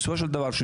בסופו של דבר,